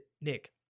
Nick